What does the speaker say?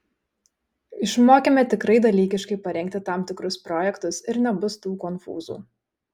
išmokime tikrai dalykiškai parengti tam tikrus projektus ir nebus tų konfūzų